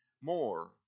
more